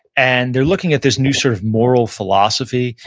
and they're looking at this new sort of moral philosophy,